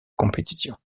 compétition